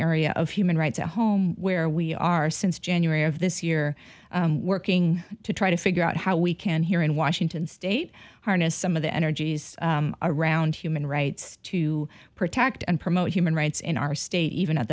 area of human rights a home where we are since january of this year working to try to figure out how we can here in washington state harness some of the energies around human rights to protect and promote human rights in our state even at